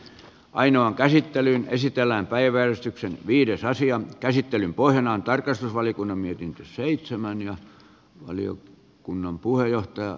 ainoan käsittely esitellään päiväystyksen viides asian käsittelyn pohjana on tarkastusvaliokunnan mietintö seitsemän ja valio kunnan puheenjohtaja